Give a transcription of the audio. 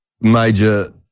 major